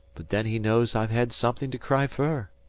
but then he knows i've had something to cry fer!